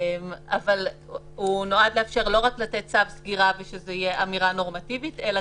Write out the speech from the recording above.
אבל הוא נועד לא רק לתת צו סגירה ושזו תהיה אמירה נורמטיבית אלא